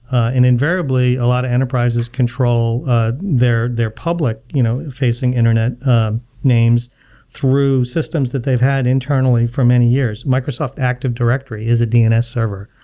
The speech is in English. and invariably, a lot of enterprises control ah their their public you know facing internet names through systems that they've had internally for many years. microsoft active directory is a dns server,